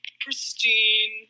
pristine